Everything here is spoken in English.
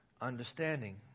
understanding